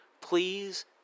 Please